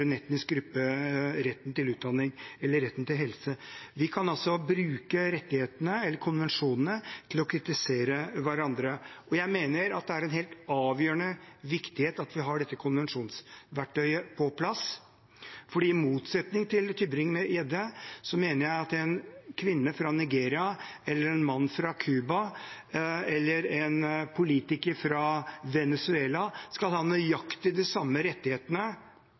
en etnisk gruppe retten til utdanning eller retten til helse. Vi kan altså bruke rettighetene eller konvensjonene til å kritisere hverandre. Jeg mener at det er av helt avgjørende viktighet at vi har dette konvensjonsverktøyet på plass, for i motsetning til Tybring-Gjedde mener jeg at en kvinne fra Nigeria, en mann fra Cuba eller en politiker fra Venezuela skal ha nøyaktig de samme rettighetene